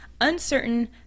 uncertain